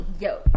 yo